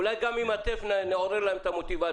אולי גם עם הטף נעורר להם את המוטיבציות.